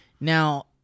Now